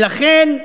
לכן תמוה,